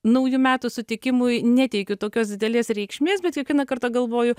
naujų metų sutikimui neteikiu tokios didelės reikšmės bet kiekvieną kartą galvoju